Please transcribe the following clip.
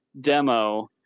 demo